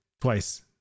Twice